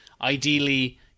ideally